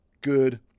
good